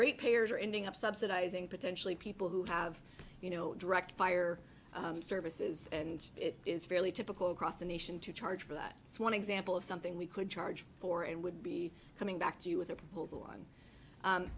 payers are ending up subsidizing potentially people who have you know direct fire services and it is fairly typical across the nation to charge for that it's one example of something we could charge for and would be coming back to you with a proposal on